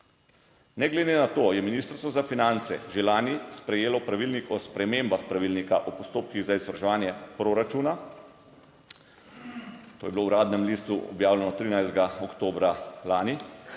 Ne glede na to je Ministrstvo za finance že lani sprejelo pravilnik o spremembah pravilnika o postopkih za izvrševanje proračuna, to je bilo v uradnem listu objavljeno 13. oktobra lani,